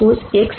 எனவே vTX v c 0